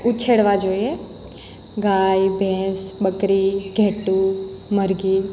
ઉછેરવાં જોઈએ ગાય ભેંસ બકરી ઘેટું મરઘી